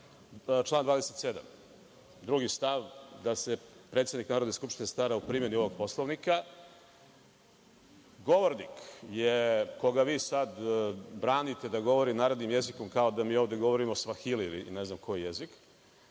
27. stav 2. – da se predsednik Narodne skupštine stara o primeni ovog Poslovnika. Govornik koga vi sada branite da govori narodnim jezikom, kao da mi ovde govorimo svahili ili ne znam koji jezik,